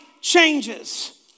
changes